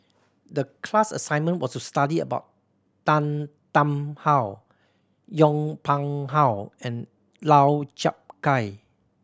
the class assignment was to study about Tan Tarn How Yong Pung How and Lau Chiap Khai